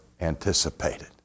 anticipated